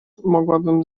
mogłabym